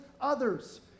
others